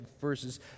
verses